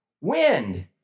Wind